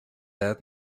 edad